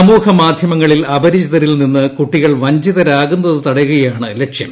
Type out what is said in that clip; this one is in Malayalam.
സമൂഹമാധൃമങ്ങളിൽ അപരിചിതരിൽ നിന്ന് കുട്ടികൾ വഞ്ചിതരാകുന്നത് തടയുകയാണ് ലക്ഷ്യം